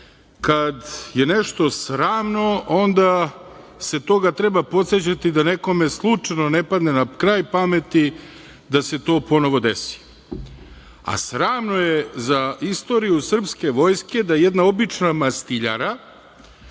kad je nešto sramno onda se toga treba podsećati da nekome slučajno ne padne na kraj pameti da se to ponovo desi, a sramno je za istoriju srpske vojske da jedna obična mastiljara,